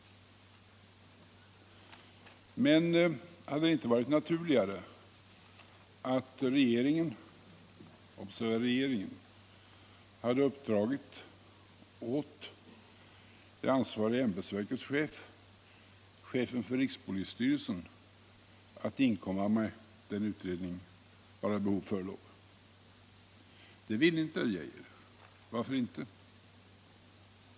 Men hade det inte varit naturligare att re geringen — observera: regeringen — hade uppdragit åt det ansvariga ämbetsverkets chef, chefen för rikspolisstyrelsen, att inkomma med den utredning varav behov förelåg? Det ville inte herr Geijer. Varför inte?